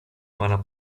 pana